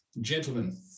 gentlemen